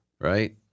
right